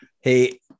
hey